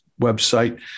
website